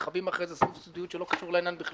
הם מתחבאים מאחורי איזושהי סודיות שלא חשובה לעניין.